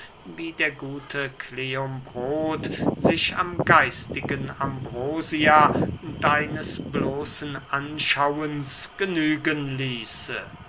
wie der gute kleombrot sich am geistigen ambrosia deines bloßen anschauens genügen ließe